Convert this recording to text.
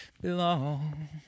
belong